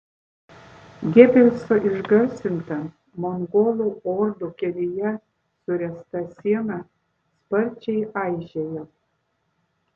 gebelso išgarsinta mongolų ordų kelyje suręsta siena sparčiai aižėjo